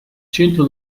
centro